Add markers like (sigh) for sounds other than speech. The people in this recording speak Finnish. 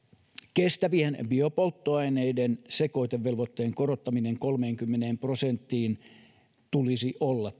kestävien biopolttoaineiden sekoitevelvoitteen korottamisen kolmeenkymmeneen prosenttiin tulisi olla (unintelligible)